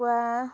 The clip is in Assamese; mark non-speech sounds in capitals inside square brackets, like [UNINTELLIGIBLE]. [UNINTELLIGIBLE]